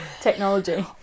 technology